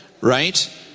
right